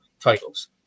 titles